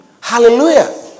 Hallelujah